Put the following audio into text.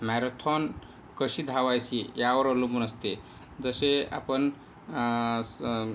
marathon कशी धावायची यावर अवलंबून असते जसे आपण